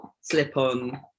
slip-on